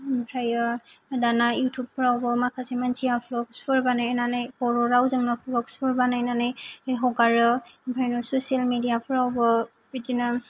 ओमफ्रायो दाना युटुबफोरावबो माखासे मानसिया भ्लग्सफोर बानायनानै बर' रावजोंनो भ्ल'ग्सफोर बानायनानै हगारो ओंखायनो ससियेल मिडिया फोरावबो बिदिनो